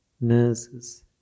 nurses